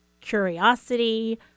curiosity